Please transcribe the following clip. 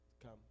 come